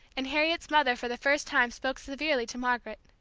and harriet's mother for the first time spoke severely to margaret.